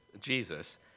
Jesus